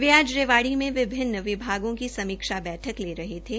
वे आज रेवाड़ी में विभिन्न विभागों की सीमक्षा बैठक कर रहे थे